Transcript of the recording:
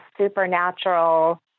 supernatural